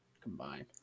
combined